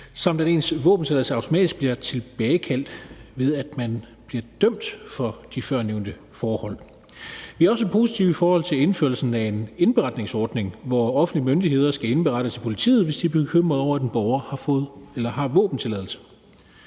samt at ens våbentilladelse automatisk bliver tilbagekaldt, hvis man bliver dømt for de førnævnte forhold. Vi er også positive i forhold til indførelsen af en indberetningsordning, hvor offentlige myndigheder skal indberette til politiet, hvis de er bekymrede over, at en borger har våbentilladelse.